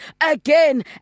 again